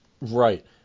Right